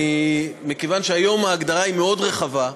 היום ההגדרה היא מאוד רחבה,